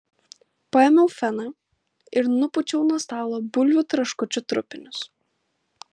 paėmiau feną ir nupūčiau nuo stalo bulvių traškučių trupinius